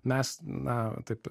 mes na taip